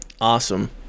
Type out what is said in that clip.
Awesome